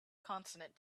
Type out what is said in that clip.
consonant